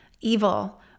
evil